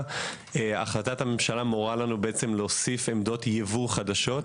החלטת הממשלה מורה לנו להוסיף עמדות יבוא חדשות,